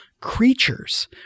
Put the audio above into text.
creatures